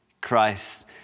Christ